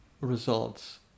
results